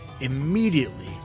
immediately